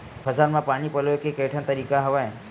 फसल म पानी पलोय के केठन तरीका हवय?